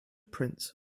prints